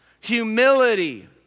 humility